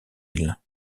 villes